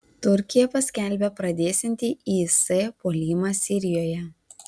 turkija paskelbė pradėsianti is puolimą sirijoje